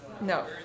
No